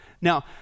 Now